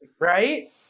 right